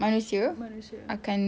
manusia akan